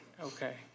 Okay